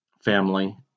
family